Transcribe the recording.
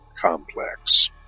complex